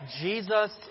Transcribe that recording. Jesus